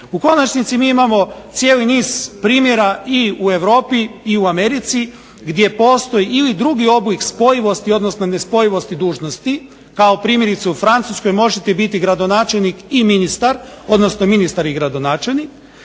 U konačnici mi imamo cijeli niz primjera i u Europi i u Americi gdje postoji ili drugi oblik spojivosti, odnosno nespojivosti dužnosti, kao primjerice u Francuskoj možete biti gradonačelnik i ministar, odnosno ministar i gradonačelnik,